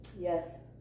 yes